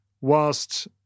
whilst